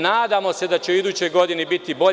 Nadamo se da će u idućoj godini biti bolje.